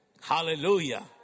Hallelujah